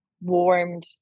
warmed